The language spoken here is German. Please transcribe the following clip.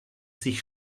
sich